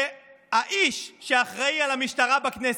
שהאיש שאחראי על המשטרה בכנסת,